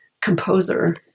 composer